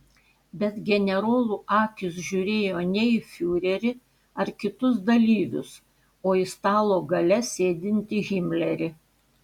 bet generolų akys žiūrėjo ne į fiurerį ar kitus dalyvius o į stalo gale sėdintį himlerį